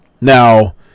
Now